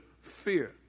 fear